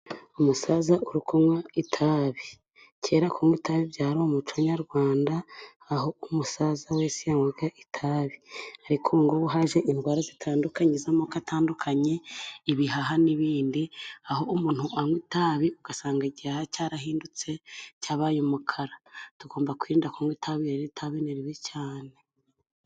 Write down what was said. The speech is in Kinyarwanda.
Umusaza uri kunywa itabi, kera kunywa itabi byari umuco nyarwanda aho umusaza wese yanywaga itabi, ariko ubu ngubu haje indwara zitandukanye, z'amoko atandukanye ,ibihaha n'ibindi, aho umuntu anywa itabi ugasanga igihaha cyarahindutse cyabaye umukara, tugomba kwirinda kunywa itabi, itabi ni ribi cyane.